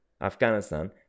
Afghanistan